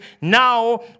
now